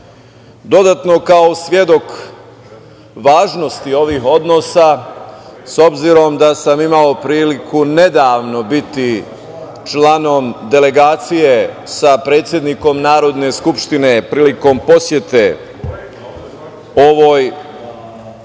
Dodatno, kao svedok važnosti ovih odnosa, s obzirom da sam imao priliku nedavno biti član delegacije sa predsednikom Narodne skupštine prilikom posete ovoj